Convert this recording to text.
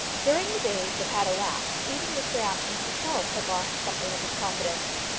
during the days that had elapsed, even mr apjohn himself had lost something of his confidence.